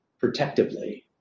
protectively